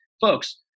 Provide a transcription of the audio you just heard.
Folks